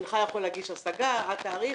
הנך יכול להגיש השגה עד תאריך...